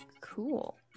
Cool